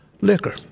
liquor